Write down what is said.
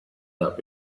that